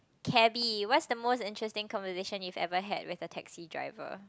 cabby what's the most interesting conversation you've ever had with a taxi driver